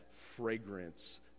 fragrance